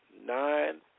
nine